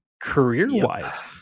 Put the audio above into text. career-wise